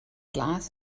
glas